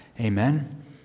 Amen